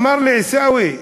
אמר לי: עיסאווי,